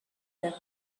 them